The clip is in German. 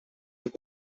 von